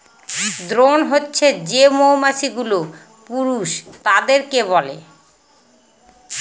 drone হছে যে মৌমাছি গুলো পুরুষ তাদেরকে বলে